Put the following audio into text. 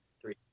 three